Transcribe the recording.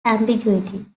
ambiguity